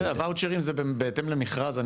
בסדר, הוואוצ'רים זה בהתאם למכרז.